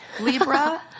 Libra